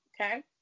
Okay